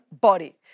body